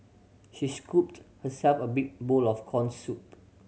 she scooped herself a big bowl of corn soup